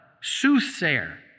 soothsayer